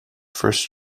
first